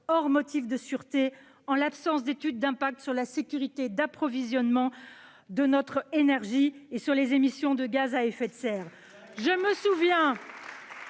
sauf motif de sûreté, en l'absence d'étude d'impact sur la sécurité de notre approvisionnement énergétique et sur les émissions de gaz à effet de serre. Je me souviens